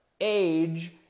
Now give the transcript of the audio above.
Age